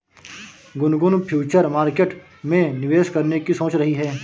Gungun future market में निवेश करने की सोच रही है